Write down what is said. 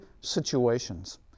situations